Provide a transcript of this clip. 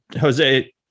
Jose